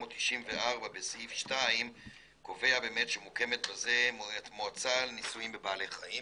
בסעיף 2 קובע באמת שמוקמת בזה מועצה לניסויים בבעלי החיים,